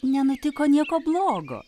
nenutiko nieko blogo